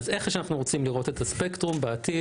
איך אנחנו רוצים לראות את הספקטרום בעתיד?